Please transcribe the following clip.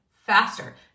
faster